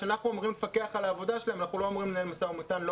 שאנחנו אמורים לפקח על העבודה שלהם אנחנו לא אמורים לנהל משא-ומתן לא